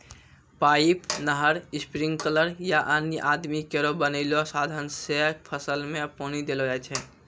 pipe, नहर, sprinkler या अन्य आदमी केरो बनैलो साधन सें फसल में पानी देलो जाय छै